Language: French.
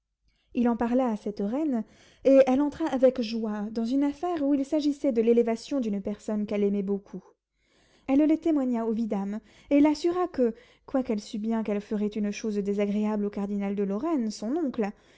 il en parla à cette reine et elle entra avec joie dans une affaire où il s'agissait de l'élévation d'une personne qu'elle aimait beaucoup elle le témoigna au vidame et l'assura que quoiqu'elle sût bien qu'elle ferait une chose désagréable au cardinal de lorraine son oncle